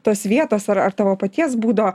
tos vietos ar ar tavo paties būdo